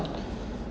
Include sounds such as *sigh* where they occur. *breath*